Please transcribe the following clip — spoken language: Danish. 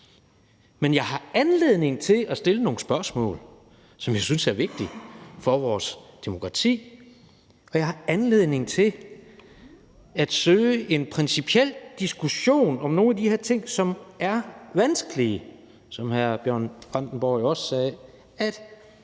men jeg har anledning til at stille nogle spørgsmål, som jeg synes er vigtige for vores demokrati, og jeg har anledning til at søge en principiel diskussion om nogle af de her ting, som er vanskelige, og som hr. Bjørn Brandenborg jo også sagde: